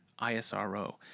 ISRO